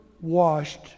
washed